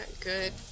good